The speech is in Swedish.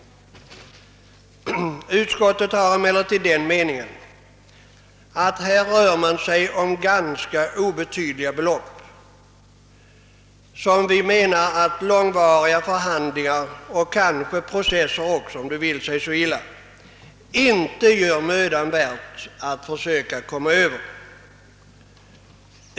Utskottet har emellertid den uppfattningen att det här rör sig om ganska obetydliga belopp, som det inte är mödan värt att försöka komma över genom långvariga förhandlingar — kanske också processer om det vill sig illa.